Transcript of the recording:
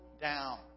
down